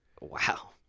Wow